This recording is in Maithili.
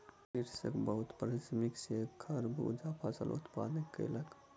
कृषक बहुत परिश्रम सॅ खरबूजा फलक उत्पादन कयलक